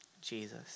Jesus